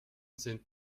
sind